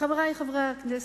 חברי חברי הכנסת,